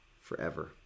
forever